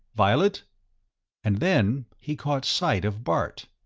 violet and then he caught sight of bart.